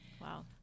Wow